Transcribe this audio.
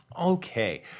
Okay